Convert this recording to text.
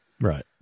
Right